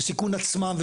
לסיכון עצמם,